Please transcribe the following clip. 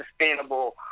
sustainable